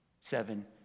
Seven